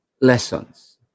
lessons